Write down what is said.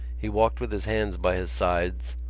he walked with his hands by his sides,